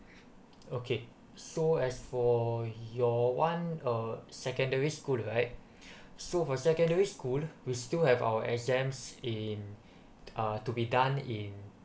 okay so as for your one uh secondary school right so for secondary school we still have our exams in uh to be done in